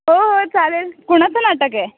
हो हो चालेल कोणाचं नाटक आहे